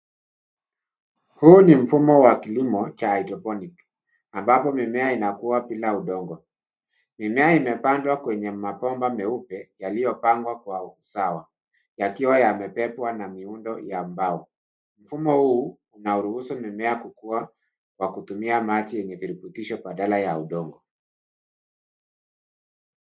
Huu ni mfumo wa kilimo cha hydroponic ambapo mimea inakuwa bila udongo. Mimea imepandwa kwenye mabomba meupe yaliyopangwa kwa usawa yakiwa yamepewa na miundo ya mbao. Mfumo huu unaruhusu mimea kukua kwa kutumia maji yenye virutubisho badala ya udongo.